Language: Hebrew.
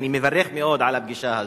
ואני מברך מאוד על הפגישה הזאת.